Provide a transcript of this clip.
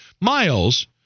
miles